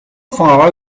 far